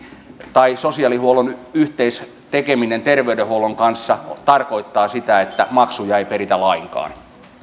tai sosiaalihuollon yhteistekeminen terveydenhuollon kanssa tarkoittaa sitä että maksuja ei peritä lainkaan